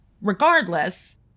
Regardless